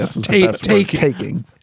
Taking